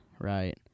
right